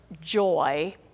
joy